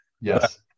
yes